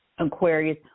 Aquarius